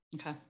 Okay